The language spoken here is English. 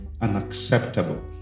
unacceptable